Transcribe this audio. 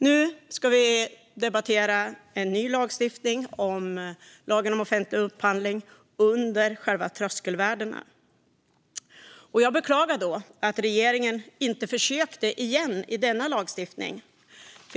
Nu ska vi debattera en ny lagstiftning rörande lagen om offentlig upphandling under själva tröskelvärdena. Jag beklagar att regeringen inte försökte igen i denna lagstiftning.